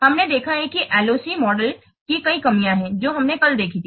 हमने देखा है कि LOC मॉडल की कई कमियां हैं जो हमने कल देखी हैं